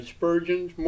Spurgeon's